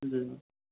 जी